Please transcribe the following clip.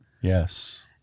Yes